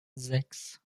sechs